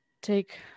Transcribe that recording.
take